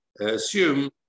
assume